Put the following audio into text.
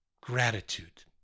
gratitude